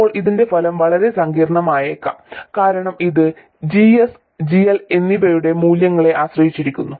ഇപ്പോൾ ഇതിന്റെ ഫലം വളരെ സങ്കീർണ്ണമായേക്കാം കാരണം ഇത് GS GL എന്നിവയുടെ മൂല്യങ്ങളെ ആശ്രയിച്ചിരിക്കുന്നു